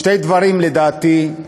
שני דברים, לדעתי,